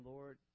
Lord